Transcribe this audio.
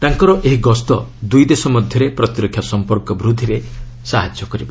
ତାଙ୍କର ଏହି ଗସ୍ତ ଦୁଇ ଦେଶ ମଧ୍ୟରେ ପ୍ରତିରକ୍ଷା ସମ୍ପର୍କ ବୃଦ୍ଧିରେ ସାହାଯ୍ୟ କରିବ